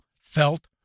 felt